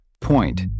Point